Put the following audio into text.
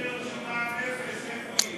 דירות של מע"מ אפס איפה יהיו?